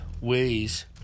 ways